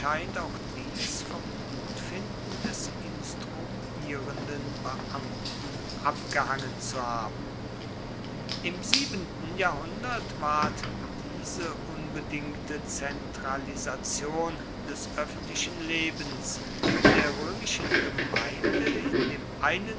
auch dies vom gutfinden des instruierenden beamten abgehangen zu haben im siebenten jahrhundert ward diese unbedingte zentralisation des öffentlichen lebens der römischen gemeinde in dem einen